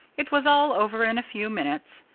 it was all over in a few minutes.